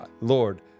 lord